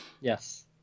Yes